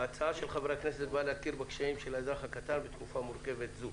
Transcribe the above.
ההצעה של חברי הכנסת באה להכיר בקשיים של האזרח הקטן בתקופה מורכבת זו.